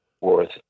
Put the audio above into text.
worth